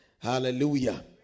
Hallelujah